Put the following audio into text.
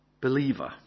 believer